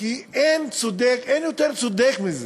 כי אין יותר צודק מזה,